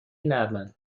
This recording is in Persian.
نرمن